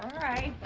alright.